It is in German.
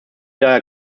daher